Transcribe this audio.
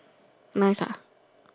nice ah